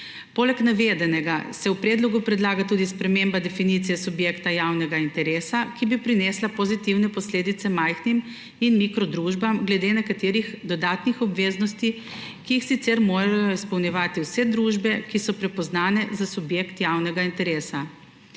Poleg navedenega se v predlogu predlaga tudi sprememba definicije subjekta javnega interesa, ki bi prinesla pozitivne posledice majhnim in mikrodružbam glede nekaterih dodatnih obveznosti, ki jih sicer morajo izpolnjevati vse družbe, ki so prepoznane za subjekt javnega interesa,